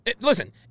Listen